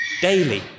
daily